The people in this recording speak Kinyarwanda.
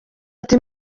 ati